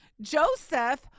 Joseph